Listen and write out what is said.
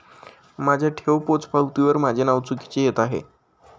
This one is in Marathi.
माझ्या ठेव पोचपावतीवर माझे नाव चुकीचे येत आहे